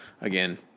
Again